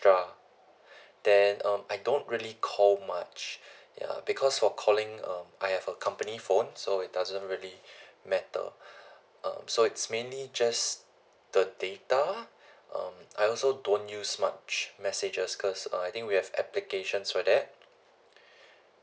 then um I don't really call much ya because for calling um I have a company phone so it doesn't really matter um so it's mainly just the data um I also don't use smartwatch messages cause I think we have applications for that